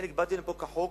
חלק באתם לפה כחוק,